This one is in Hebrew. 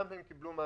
הם גם קיבלו מענק,